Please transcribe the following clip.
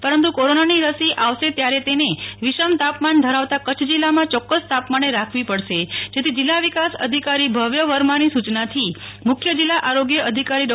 પરંતુ કોરોનાની રસી આવશે ત્યારે એને વિષમ તાપમાન ધરાવતા કચ્છ જિલ્લામાં ચોક્કસ તાપમાને રાખવી પડશે જેથી જિલ્લા વિકાસ અધિકારી ભવ્ય વર્માની સૂચનાથી મુખ્ય જિલ્લા આરોગ્ય અધિકારી ડો